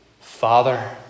Father